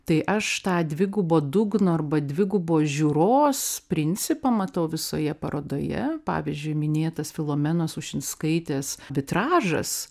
tai aš tą dvigubo dugno arba dvigubos žiūros principą matau visoje parodoje pavyzdžiui minėtas filomenos ušinskaitės vitražas